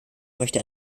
möchte